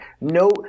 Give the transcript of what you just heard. no –